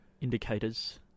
Indicators